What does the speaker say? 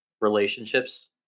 relationships